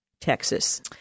Texas